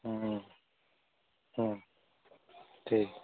ठीक